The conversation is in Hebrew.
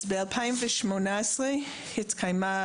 ב-2018 התקיימה